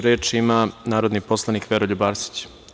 Reč ima narodni poslanik Veroljub Arsić.